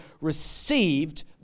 received